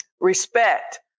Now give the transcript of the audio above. Respect